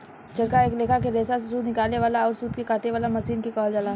चरखा एक लेखा के रेसा से सूत निकाले वाला अउर सूत के काते वाला मशीन के कहल जाला